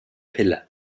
pille